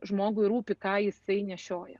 žmogui rūpi ką jisai nešioja